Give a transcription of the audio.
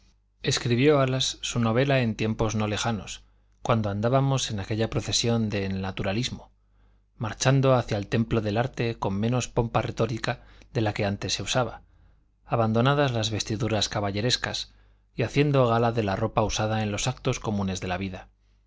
escribió alas su obra en tiempos no lejanos cuando andábamos en aquella procesión del naturalismo marchando hacia el templo del arte con menos pompa retórica de la que antes se usaba abandonadas las vestiduras caballerescas y haciendo gala de la ropa usada en los actos comunes de la vida